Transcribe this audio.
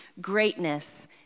greatness